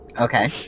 Okay